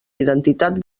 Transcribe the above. identitat